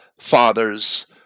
fathers